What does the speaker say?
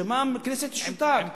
שישה חודשים שהכנסת תשותק.